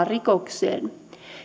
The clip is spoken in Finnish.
rikokseen